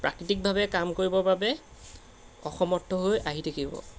প্ৰাকৃতিকভাৱে কাম কৰিবৰ বাবে অসমৰ্থ হৈ আহি থাকিব